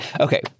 Okay